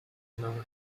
known